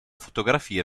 fotografia